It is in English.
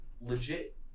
Legit